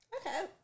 Okay